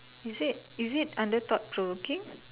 is it is it under thought provoking